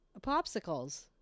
popsicles